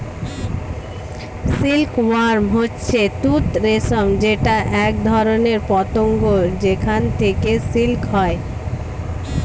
silk worm হচ্ছে তুত রেশম যেটা একধরনের পতঙ্গ যেখান থেকে সিল্ক হয়